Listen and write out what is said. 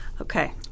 Okay